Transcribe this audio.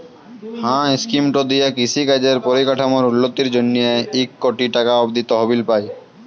হাঁ ইস্কিমট দিঁয়ে কিষি কাজের পরিকাঠামোর উল্ল্যতির জ্যনহে ইক কটি টাকা অব্দি তহবিল পায়